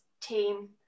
team